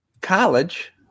college